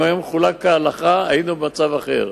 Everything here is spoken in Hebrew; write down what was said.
אם הוא היה מחולק כהלכה והיינו במצב אחר.